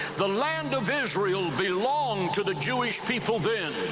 the land of israel belonged to the jewish people then,